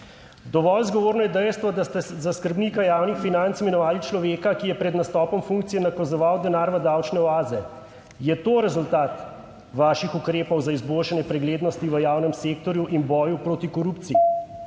Dovolj zgovorno je dejstvo, da ste za skrbnika javnih financ imenovali človeka, ki je pred nastopom funkcije nakazoval denar v davčne oaze. Je to rezultat vaših ukrepov za izboljšanje preglednosti v javnem sektorju in boju proti korupciji?